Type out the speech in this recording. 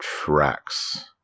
Tracks